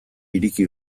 ireki